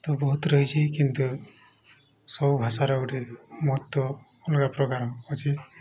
ତ ବହୁତ ରହିଛିି କିନ୍ତୁ ସବୁ ଭାଷାର ଗୋଟେ ମହତ୍ତ୍ଵ ଅଲଗା ପ୍ରକାର ଅଛି